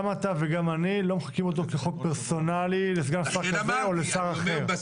גם אתה וגם אני לא מחוקקים אותו כחוק פרסונלי לסגן שר כזה או לשר אחר.